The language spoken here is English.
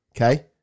okay